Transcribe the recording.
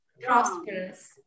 prosperous